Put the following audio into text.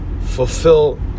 fulfill